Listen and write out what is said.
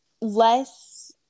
less